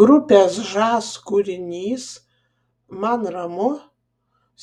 grupės žas kūrinys man ramu